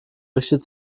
richtet